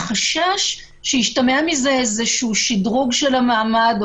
החשש שישתמע מזה איזה שדרוג של המעמד או